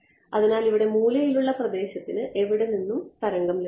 അതിനാൽ ഇവിടെ മൂലയിലുള്ള പ്രദേശത്തിന് എവിടെ നിന്ന് തരംഗം ലഭിക്കും